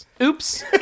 Oops